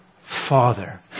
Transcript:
Father